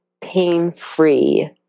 pain-free